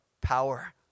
power